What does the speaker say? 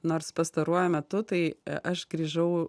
nors pastaruoju metu tai aš grįžau